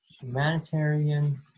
humanitarian